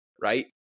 right